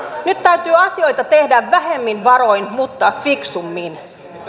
nyt täytyy asioita tehdä vähemmin varoin mutta fiksummin